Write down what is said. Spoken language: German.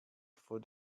von